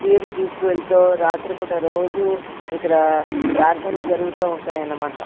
పీర్లు తీసుకు వెళ్తూ రాత్రి పూట రోజూ ఇక్కడ యాత్రలు జరుగుతూ ఉంటాయి అన్నమాట